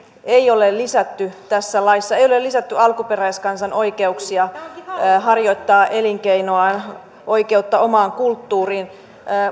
ei ole lisätty tässä laissa ei ole lisätty alkuperäiskansan oikeuksia harjoittaa elinkeinoa oikeutta omaan kulttuuriin